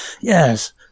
Yes